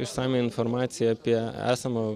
išsamią informaciją apie esamą